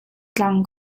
tlang